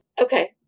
okay